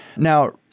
now,